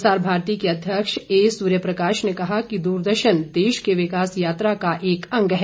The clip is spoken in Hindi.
प्रसार भारती के अध्यक्ष ए सूर्य प्रकाश ने कहा कि दूरदर्शन देश की विकास यात्रा का एक अंग है